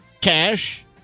cash